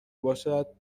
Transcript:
باشد